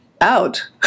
out